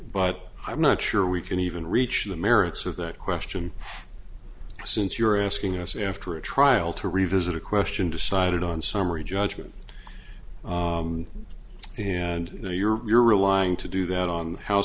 but i'm not sure we can even reach the merits of that question since you're asking us after a trial to revisit a question decided on summary judgment and you know you're relying to do that on